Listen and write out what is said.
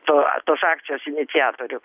to tos akcijos iniciatorių